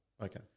Okay